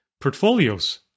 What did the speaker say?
portfolios